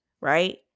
right